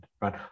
right